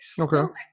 Okay